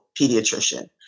pediatrician